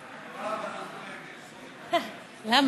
תודה,